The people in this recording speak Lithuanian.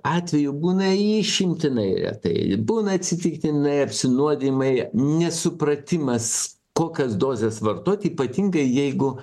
atvejų būna išimtinai retai būna atsitiktinai apsinuodijimai nesupratimas kokias dozes vartot ypatingai jeigu